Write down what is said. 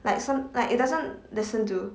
like some like it doesn't listen to